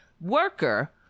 Worker